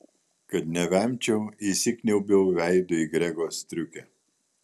kad nevemčiau įsikniaubiau veidu į grego striukę